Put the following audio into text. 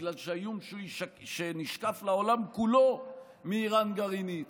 בגלל שהאיום שנשקף לעולם כולו מאיראן גרעינית